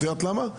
את יודעת למה?